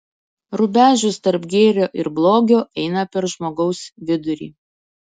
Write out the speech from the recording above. rubežius tarp gėrio ir blogio eina per žmogaus vidurį